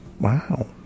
wow